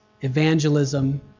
evangelism